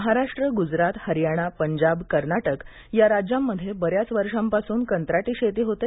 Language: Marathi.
महाराष्ट्र गुजरात हरयाणा पंजाब कर्नाटक या राज्यांमधे बऱ्याच वर्षांपासून कंत्राटी शेती होते